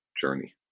journey